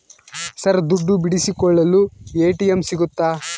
Sir ದುಡ್ಡು ಬಿಡಿಸಿಕೊಳ್ಳಲು ATM ಸಿಗುತ್ತಾ?